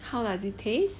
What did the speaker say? how does it taste